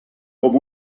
com